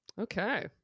Okay